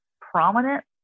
prominent